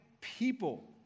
people